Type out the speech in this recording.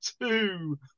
two